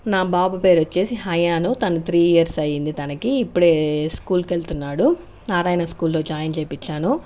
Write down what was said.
నా బాబు పేరు వచ్చి హయాను తను త్రీ ఇయర్స్ అయ్యింది తనకి తను ఇప్పుడు స్కూల్కి వెళ్తున్నాడు నారాయణ స్కూల్లో జాయిన్ చేయించాను